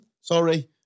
Sorry